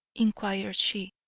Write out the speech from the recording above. inquired she.